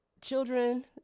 children